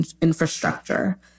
infrastructure